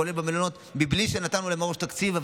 כולל במלונות בלי שנתנו להם תקציב מראש,